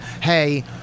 Hey